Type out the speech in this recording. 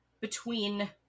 between-